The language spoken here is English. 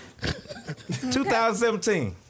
2017